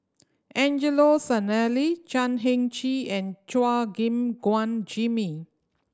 Angelo Sanelli Chan Heng Chee and Chua Gim Guan Jimmy